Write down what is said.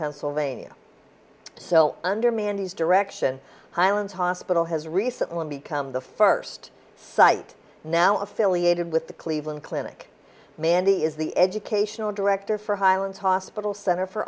pennsylvania so under mandy's direction highland hospital has recently become the first site now affiliated with the cleveland clinic mandy is the educational director for highland hospital center for